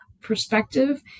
perspective